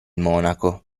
monaco